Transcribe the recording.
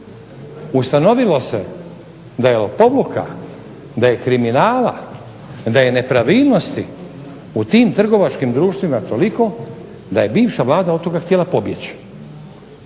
Ustanovilo se da je lopovluka, da je kriminala, da je nepravilnosti u tim trgovačkim društvima toliko da je bivša Vlada od toga htjela pobjeći.